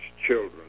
children